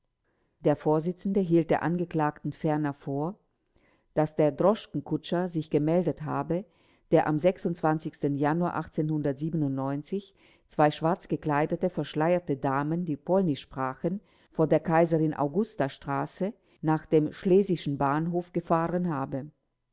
der vorsitzende hielt der angeklagten ferner vor daß der droschkenkutscher sich gemeldet habe der am januar zwei schwarz gekleidete verschleierte damen die polnisch sprachen von der kaiserin augusta straße nach dem schlesischen bahnhof gefahren habe